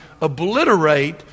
obliterate